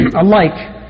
alike